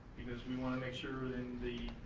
because we wanna make sure in the,